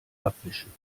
abwischen